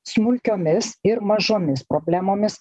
smulkiomis ir mažomis problemomis